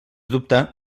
dubte